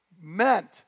meant